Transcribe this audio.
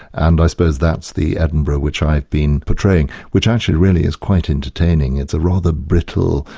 and i suppose that's the edinburgh which i've been portraying, which actually really is quite entertaining. it's a rather brittle,